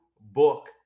book